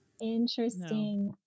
interesting